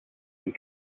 and